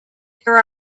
there